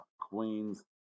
Queens